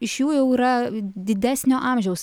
iš jų jau yra didesnio amžiaus